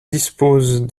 dispose